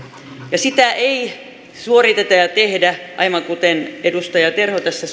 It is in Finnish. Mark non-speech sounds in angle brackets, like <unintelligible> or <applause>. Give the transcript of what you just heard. sitä ei suoriteta ja ja tehdä aivan kuten edustaja terho tässä <unintelligible>